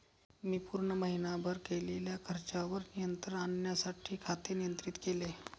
मी पूर्ण महीनाभर केलेल्या खर्चावर नियंत्रण आणण्यासाठी खाते नियंत्रित केले